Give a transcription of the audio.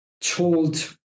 told